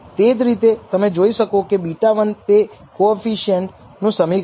તે જ રીતે તમે જોઈ શકો છો કે β̂1 તે કોએફીસીએંટ નું સમીકરણ છે